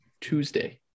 Tuesday